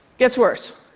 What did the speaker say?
gets worse.